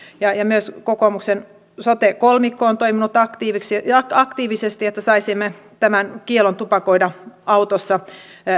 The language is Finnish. ja ja myös kokoomuksen sote kolmikko on toiminut aktiivisesti että saisimme tähän lakiin kiellon tupakoida autossa